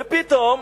ופתאום,